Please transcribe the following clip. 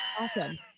awesome